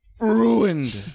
Ruined